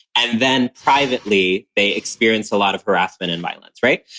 and then privately they experience a lot of harassment and violence. right?